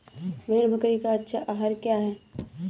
भेड़ बकरी का अच्छा आहार क्या है?